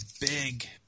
big